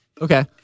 Okay